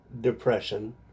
depression